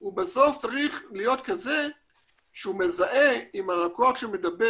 הוא בסוף צריך להיות כזה שהוא מזהה אם הלקוח שמדבר